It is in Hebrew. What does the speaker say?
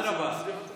הפצתם אותו?